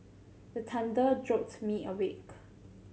the thunder jolt me awake